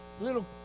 Little